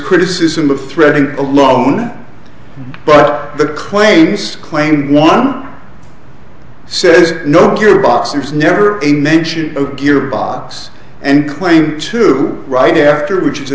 criticism of threading alone but the claims claim one says no cure boxer's never a mention of gearbox and claim to right after which is